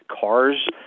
cars